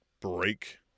break